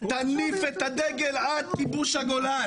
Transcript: תניף את הדגל עד כיבוש הגולן.